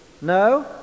No